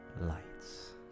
Lights